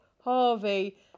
Harvey